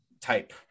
type